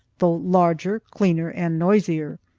though larger, cleaner and noisier.